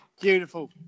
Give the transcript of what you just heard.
Beautiful